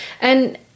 And-